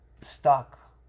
stuck